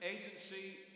agency